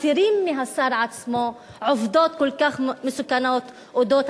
מסתירות מהשר עצמו עובדות כל כך מסוכנות על אודות